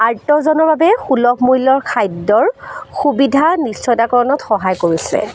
আৰ্তজনৰ কাৰণে সুলভ মূল্যৰ খাদ্যৰ সুবিধা নিশ্চয়তাকৰণত সহায় কৰিছে